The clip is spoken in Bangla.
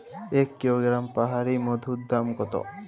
এক কিলোগ্রাম পাহাড়ী মধুর দাম কত?